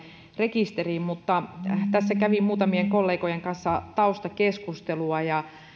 rekisteriin mutta tässä kävin muutamien kollegojen kanssa taustakeskustelua